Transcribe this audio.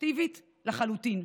פרובוקטיבית לחלוטין.